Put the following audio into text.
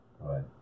Right